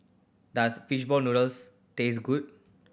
does fish ball noodles taste good